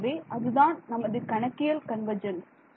ஆகவே அது தான் நமது கணக்கியல் கன்வர்ஜென்ஸ்